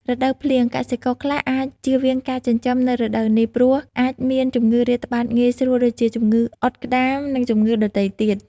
រដូវភ្លៀង កសិករខ្លះអាចជៀសវាងការចិញ្ចឹមនៅរដូវនេះ ព្រោះអាចមានជំងឺរាតត្បាតងាយស្រួល ដូចជា ជំងឺអុតក្ដាម និងជំងឺដទៃទៀត។